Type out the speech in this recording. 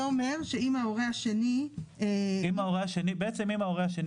זה אומר שאם ההורה השני --- בעצם אם ההורה השני